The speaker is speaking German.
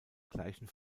gleichen